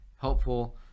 helpful